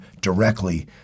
directly